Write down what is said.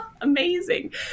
amazing